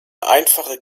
einfache